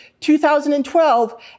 2012